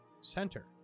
center